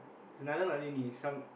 it's another Marlini some